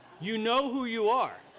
you know who you are.